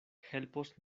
helpos